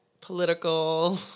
political